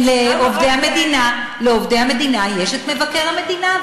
לעובדי המדינה יש מבקר המדינה,